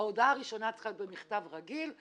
ההודעה הראשונה צריכה להיות במכתב רגיל,